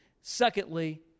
Secondly